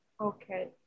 okay